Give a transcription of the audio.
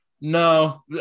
No